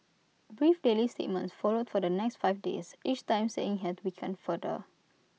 brief daily statements followed for the next five days each time saying had weakened further